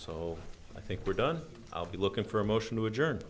so i think we're done i'll be looking for a motion to a